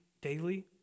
daily